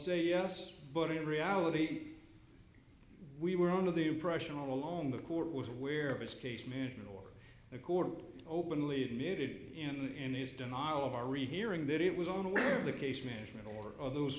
say yes but in reality we were under the impression all along the court was aware of its case management or the court openly admitted in his denial of our rehearing that it was on the case management or of those